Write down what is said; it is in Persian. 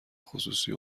خصوصی